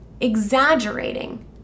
exaggerating